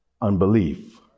unbelief